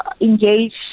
engage